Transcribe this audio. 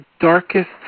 darkest